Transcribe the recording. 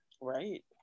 Right